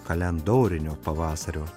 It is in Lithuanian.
kalendorinio pavasario